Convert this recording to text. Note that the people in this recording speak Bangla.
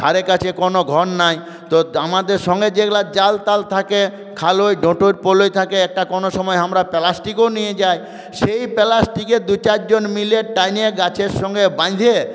ধারে কাছে কোনও ঘর নেই তো আমাদের সঙ্গে যেগুলো জাল টাল থাকে খালোয় ডোটোয় পোলোই থাকে কোন সময় আমরা প্লাস্টিকও নিয়ে যাই সেই প্লাস্টিক দু চার জন মিলে টানে গাছের সঙ্গে বেঁধে